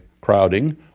crowding